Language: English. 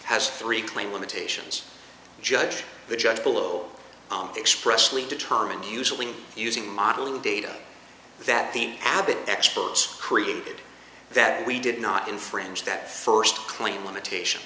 has three claim limitations judge the judge full on expressly determined usually using modeling data that the abbott experts created that we did not infringe that first claim limitation